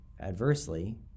adversely